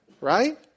Right